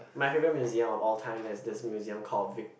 my favourite museum of all times is this museum called Vic~